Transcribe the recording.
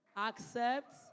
accept